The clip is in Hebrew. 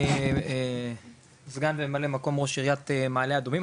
אני סגן ממלא מקום ראש עריית מעלה אדומים.